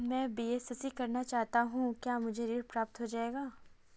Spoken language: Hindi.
मैं बीएससी करना चाहता हूँ क्या मुझे ऋण प्राप्त हो जाएगा?